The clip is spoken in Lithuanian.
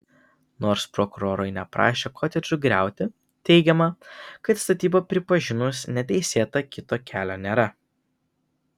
nors prokurorai neprašė kotedžų griauti teigiama kad statybą pripažinus neteisėta kito kelio nėra